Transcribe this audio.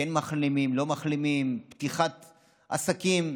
כן מחלימים, לא מחלימים, פתיחת עסקים,